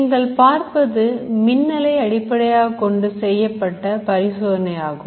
நீங்கள் பார்ப்பது மின்னலை அடிப்படையாகக்கொண்டு செய்யப்பட்ட பரிசோதனையாகும்